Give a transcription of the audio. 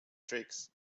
tricks